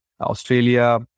Australia